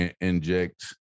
inject